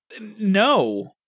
no